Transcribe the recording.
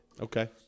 Okay